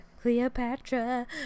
Cleopatra